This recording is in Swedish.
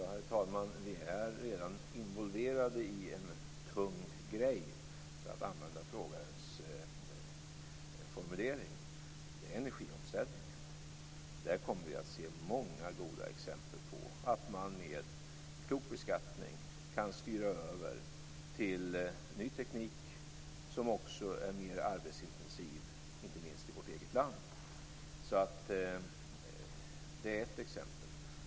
Herr talman! Vi är redan involverade i en tung grej, för att använda frågarens formulering. Det är energiomställningen. Där kommer vi att se många goda exempel på att man med en klok beskattning kan styra över till ny teknik som också är mera arbetsintensiv, inte minst i vårt eget land. Det är ett exempel.